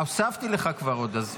כבר הוספתי לך עוד.